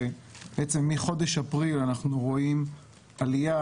ומחודש אפריל אנחנו רואים עלייה,